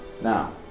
Now